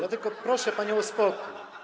ja tylko proszę panią o spokój.